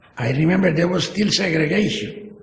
i remember there was still segregation,